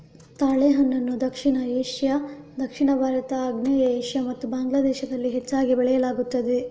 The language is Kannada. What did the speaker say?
ತಾಳೆಹಣ್ಣನ್ನು ದಕ್ಷಿಣ ಏಷ್ಯಾ, ದಕ್ಷಿಣ ಭಾರತ, ಆಗ್ನೇಯ ಏಷ್ಯಾ ಮತ್ತು ಬಾಂಗ್ಲಾ ದೇಶದಲ್ಲಿ ಹೆಚ್ಚಾಗಿ ಬೆಳೆಯಲಾಗುತ್ತದೆ